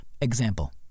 example